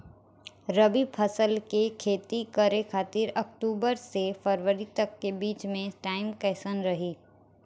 रबी फसल के खेती करे खातिर अक्तूबर से फरवरी तक के बीच मे टाइम कैसन रही?